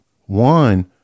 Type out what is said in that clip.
one